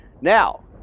Now